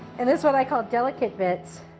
and this one i call delicate bits.